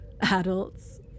Adults